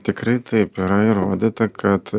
tikrai taip yra įrodyta kad